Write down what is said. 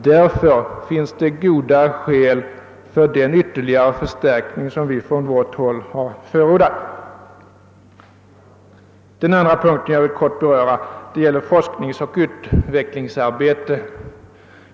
Därför finns goda skäl för den ytterligare förstärkning som vi från vårt håll har förordat. Den andra punkt jag kortfattat vill beröra gäller forskningsoch utvecklingsarbete.